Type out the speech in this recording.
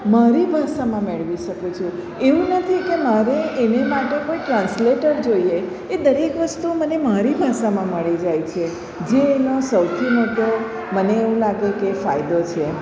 મારી ભાષામાં મેળવી શકું છું એવું નથી કે મારે એની માટે કોઈ ટ્રાન્સલેટર જોઈએ એ દરેક વસ્તુઓ મને મારી ભાષામાં મળી જાય છે જે એનો સૌથી મોટો મને એવું લાગે કે ફાયદો છે